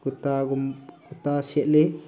ꯀꯨꯔꯇꯥ ꯀꯨꯔꯇꯥ ꯁꯦꯠꯂꯤ